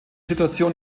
situation